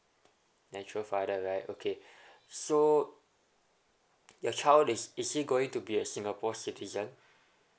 natural father right okay so your child is is he going to be a singapore citizen